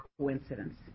coincidence